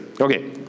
Okay